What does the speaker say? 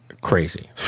Crazy